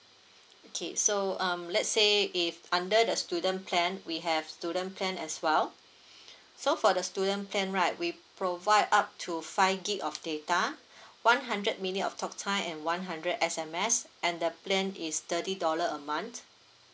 okay so um let's say if under the student plan we have student plan as well so for the student plan right we provide up to five gig of data one hundred minute of talk time and one hundred S_M_S and the plan is thirty dollar a month